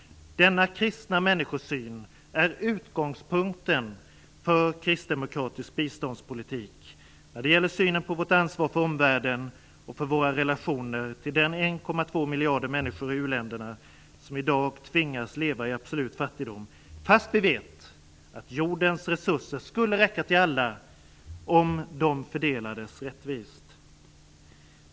Denna kristna människosyn är utgångspunkten för kristdemokratisk biståndspolitik. Det gäller synen på vårt ansvar för omvärlden och för våra relationer till de 1,2 miljarder människor i u-länderna som i dag tvingas leva i absolut fattigdom, fast vi vet att jordens resurser skulle räcka till alla om de fördelades rättvist.